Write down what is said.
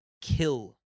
kill